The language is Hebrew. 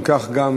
אם כך,